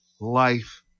life